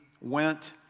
went